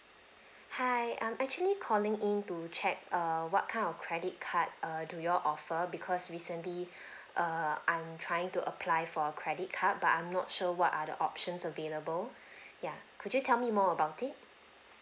hi I'm actually calling in to check err what kind of credit card err do you all offer because recently err I'm trying to apply for a credit card but I'm not sure what are the options available ya could you tell me more about it